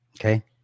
Okay